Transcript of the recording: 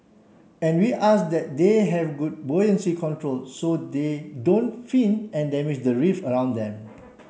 and we ask that they have good buoyancy control so they don't fin and damage the reef around them